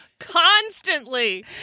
constantly